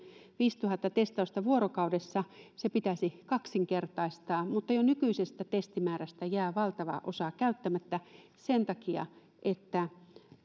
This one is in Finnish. viisituhatta testausta vuorokaudessa se pitäisi kaksinkertaistaa mutta jo nykyisestä testimäärästä jää valtava osa käyttämättä sen takia että